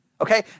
Okay